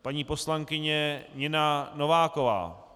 Paní poslankyně Nina Nováková.